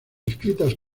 escritas